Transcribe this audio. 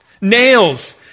Nails